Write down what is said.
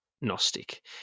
Gnostic